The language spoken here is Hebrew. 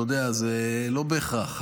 זה לא בהכרח.